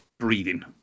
breathing